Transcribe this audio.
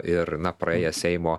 ir na praėję seimo